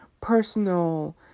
personal